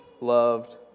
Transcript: loved